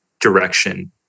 direction